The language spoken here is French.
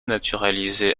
naturalisé